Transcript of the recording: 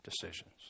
decisions